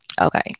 okay